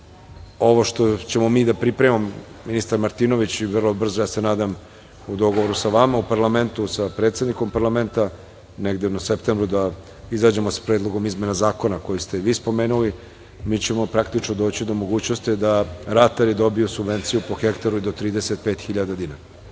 Ovo što ćemo mi da pripremamo i ministar Martinović, ja se nadam u dogovoru sa vama u parlamentu, sa predsednikom parlamenta, negde u septembru da izađemo sa predlogom izmena zakona koji ste vi spomenuli i mi ćemo praktično doći do mogunosti da ratari dobiju subvenciju po hektaru i do 35 hiljada